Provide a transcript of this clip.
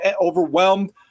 overwhelmed